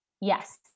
Yes